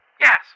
Yes